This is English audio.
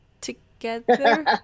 together